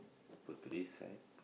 put to this side